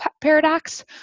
paradox